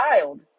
child